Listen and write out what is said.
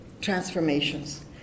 transformations